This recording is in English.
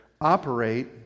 operate